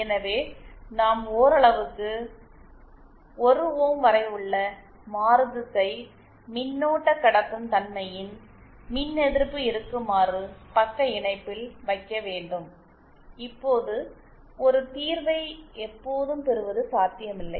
எனவே நாம் ஓரளவுக்கு 1 ஓம் வரையுள்ள மாறுதிசை மின்னோட்ட கடத்தும் தன்மையின் மின்எதிர்ப்பு இருக்குமாறு பக்க இணைப்பில் வைக்க வேண்டும் இப்போது ஒரு தீர்வைப் எப்போதும் பெறுவது சாத்தியமில்லை